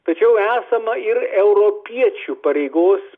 tačiau esama ir europiečių pareigos